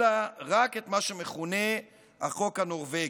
אלא רק את מה שמכונה החוק הנורבגי.